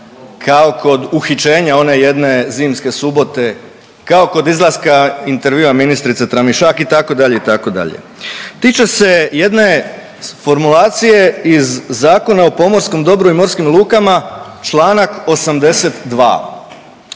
kao kod uhićenja one jedne zimske subote, kao kod izlaska intervjua ministrice Tramišak itd., itd. Tiče se jedne formulacije iz Zakona o pomorskom dobru i morskim lukama, Članak 82.